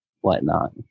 whatnot